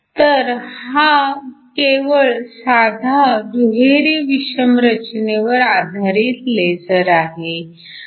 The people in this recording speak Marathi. तर हा केवळ साधा दुहेरी विषम रचनेवर आधारित लेझर आहे